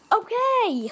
okay